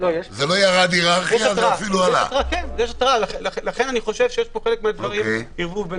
יש התרעה, לכן אני חושב שבחלק מהדברים יש ערבוב.